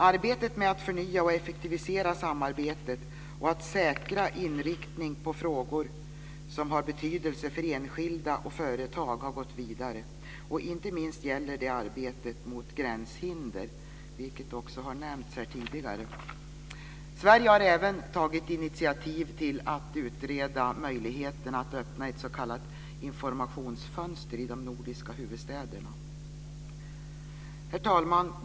Arbetet med att förnya och effektivisera samarbetet och att säkra en inriktning på frågor som har betydelse för enskilda och företag har gått vidare. Inte minst gäller det arbetet mot gränshinder, vilket också nämnts här tidigare. Sverige har även tagit initiativ till att utreda möjligheterna att öppna ett s.k. informationsfönster i de nordiska huvudstäderna. Herr talman!